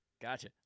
Gotcha